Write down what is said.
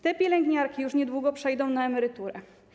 Te pielęgniarki już niedługo przejdą na emeryturę.